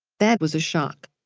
that was a shock